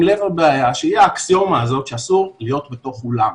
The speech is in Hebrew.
לב הבעיה שהיא האקסיומה הזאת שאסור להיות בתוך אולם.